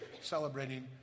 celebrating